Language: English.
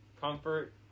comfort